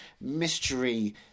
mystery